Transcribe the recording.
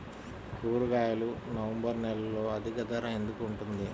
కూరగాయలు నవంబర్ నెలలో అధిక ధర ఎందుకు ఉంటుంది?